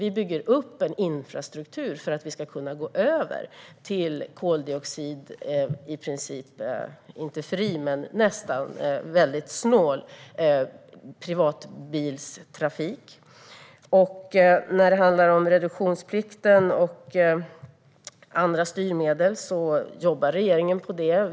Vi bygger upp en infrastruktur för att vi ska kunna gå över till en i princip nästan koldioxidfri och väldigt snål privatbilstrafik. Regeringen jobbar med reduktionsplikten och andra styrmedel.